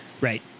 Right